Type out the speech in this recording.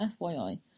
FYI